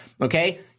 Okay